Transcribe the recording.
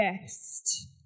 best